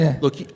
look